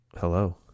Hello